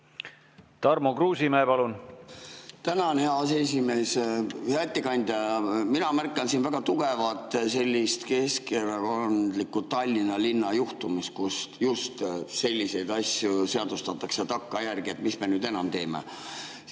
Tarmo Kruusimäe, palun!